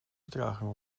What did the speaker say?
vertraging